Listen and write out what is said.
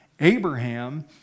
Abraham